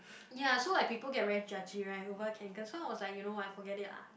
ya so like people get very judge right over Kanken so I was like you know what forget it lah